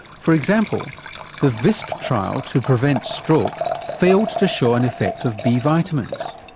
for example the visp trial to prevent stroke failed to show an effect of b vitamins.